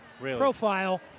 profile